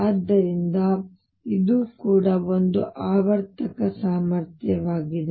ಆದ್ದರಿಂದ ಇದು ಕೂಡ ಒಂದು ಆವರ್ತಕ ಸಾಮರ್ಥ್ಯವಾಗಿದೆ